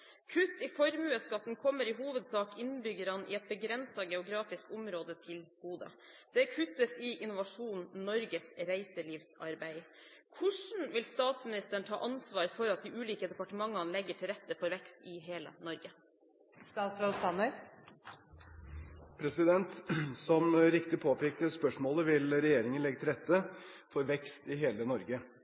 Kutt i formuesskatten kommer i hovedsak innbyggere i et begrenset geografisk område til gode. Det kuttes i Innovasjon Norges reiselivsarbeid. Hvordan vil statsministeren ta ansvar for at de ulike departementene legger til rette for vekst i hele Norge?» Som riktig påpekt i spørsmålet vil regjeringen legge til rette for vekst i hele Norge.